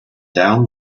down